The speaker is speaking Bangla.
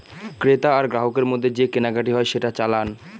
ক্রেতা আর গ্রাহকের মধ্যে যে কেনাকাটি হয় সেটা চালান